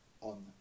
on